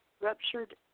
ruptured